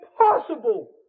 impossible